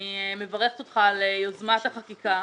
אני מברכת אותך על יוזמת החקיקה.